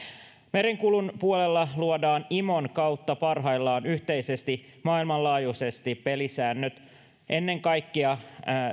merenkulun puolella luodaan imon kautta parhaillaan yhteisesti maailmanlaajuisesti pelisäännöt ennen kaikkea